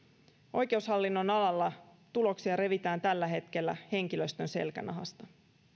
oikeushallinnon alalla tuloksia revitään tällä hetkellä henkilöstön selkänahasta